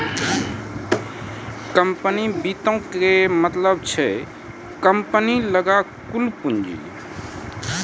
company वित्तो के मतलब छै कम्पनी लगां कुल पूंजी